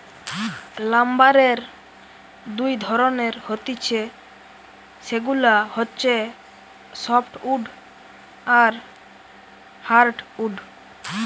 লাম্বারের দুই ধরণের হতিছে সেগুলা হচ্ছে সফ্টউড আর হার্ডউড